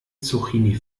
zucchini